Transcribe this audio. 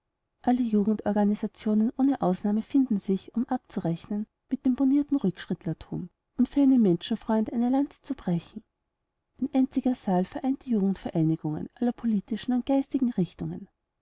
alle jugendorganisationen ohne ausnahme finden sich um abzurechnen mit dem bornierten rückschrittlertum und für einen menschenfreund eine lanze zu brechen ein einziger saal vereint die jugendvereinigungen aller politischen und geistigen richtungen